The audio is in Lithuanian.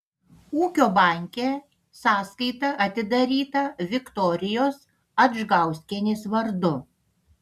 ūkio banke sąskaita atidaryta viktorijos adžgauskienės vardu